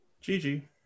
Gigi